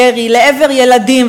ירי לעבר ילדים,